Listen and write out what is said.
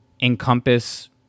encompass